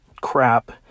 crap